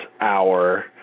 hour